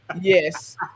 Yes